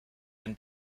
den